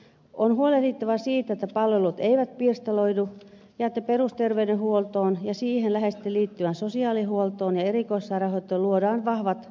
on huolehdittava siitä että palvelut eivät pirstaloidu ja että perusterveydenhuoltoon ja siihen läheisesti liittyen sosiaalihuoltoon ja erikoissairaanhoitoon luodaan vahvat järjestelyvastuualueet